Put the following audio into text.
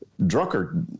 Drucker